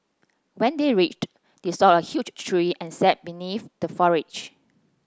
when they reached they saw a huge tree and sat beneath the foliage